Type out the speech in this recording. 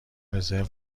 رزرو